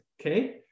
okay